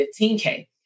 15K